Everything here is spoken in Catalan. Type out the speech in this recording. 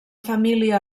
família